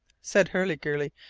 said hurliguerly.